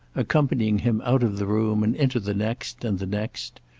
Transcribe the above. accompanying him out of the room and into the next and the next.